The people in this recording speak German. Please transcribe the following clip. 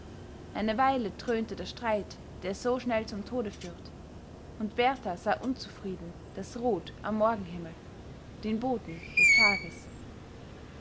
eine weile dröhnte der streit der so schnell zum tode führt und berthar sah unzufrieden das rot am morgenhimmel den boten des tages